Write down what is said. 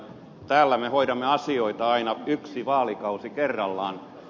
täällä me hoidamme asioita aina yksi vaalikausi kerrallaan